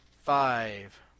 Five